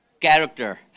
Character